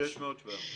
700-600 ממ"דים.